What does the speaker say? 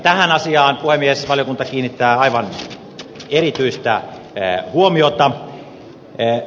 tähän asiaan puhemies valiokunta kiinnittää aivan erityistä huomiota